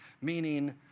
Meaning